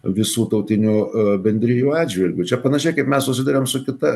visų tautinių bendrijų atžvilgiu čia panašiai kaip mes susiduriam su kita